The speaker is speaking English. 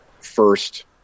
first